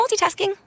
multitasking